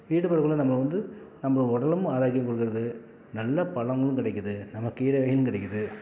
ஈடுபடுக்குள்ள நம்மளை வந்து நம்மளை உடலும் ஆரோக்கியம் கொடுக்கறது நல்ல பழமும் கிடைக்குது நம்ம கீரை வகைளும் கிடைக்குது